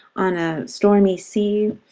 on a stormy sea.